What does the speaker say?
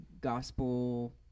gospel